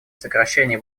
сокращения